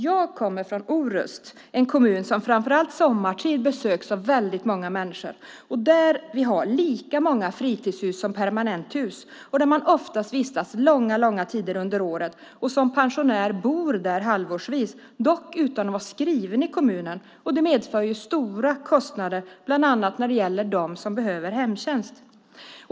Jag kommer från Orust, en kommun som framför allt sommartid besöks av väldigt många människor. Vi har lika många fritidshus som permanenthus. I fritidshusen vistas människor ofta långa tider under året, och pensionärer bor där halvårsvis, dock utan att vara skrivna i kommunen. Det medför stora kostnader, bland annat när det gäller dem som behöver hemtjänst.